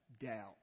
Doubt